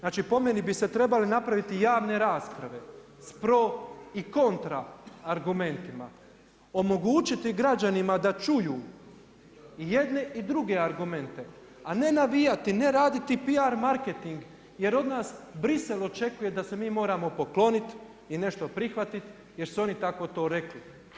Znači po meni bi se trebale napraviti javne rasprave s pro i kontra argumentima, omogućiti građanima da čuju i jedne i druge argumente, a ne navijati, ne raditi pijar marketing jer od nas Bruxelles očekuje da se mi moramo pokloniti i nešto prihvatiti jer su oni tako to rekli.